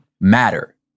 matter